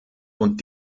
und